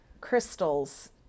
crystals